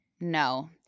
No